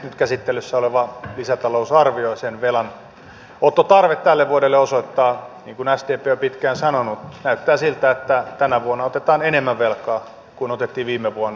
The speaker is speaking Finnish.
nyt käsittelyssä oleva lisätalousarvio ja sen velanottotarve tälle vuodelle osoittaa niin kuin sdp on pitkään sanonut että näyttää siltä että tänä vuonna otetaan enemmän velkaa kuin otettiin viime vuonna